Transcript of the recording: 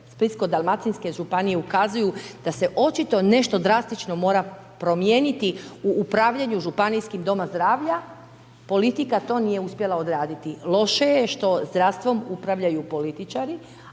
Splitsko-dalmatinske županije ukazuju da se očito nešto drastično mora promijeniti u upravljanju županijskim domovima zdravlja. Politika to nije uspjela odraditi. Loše je što zdravstvom upravljaju političari,